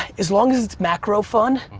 as long as it's macro fun,